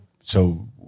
So-